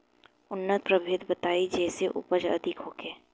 उन्नत प्रभेद बताई जेसे उपज अधिक होखे?